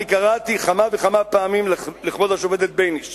אני קראתי כמה וכמה פעמים לכבוד השופטת בייניש